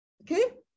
okay